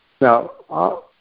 Now